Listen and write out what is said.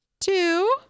two